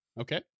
okay